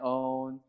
own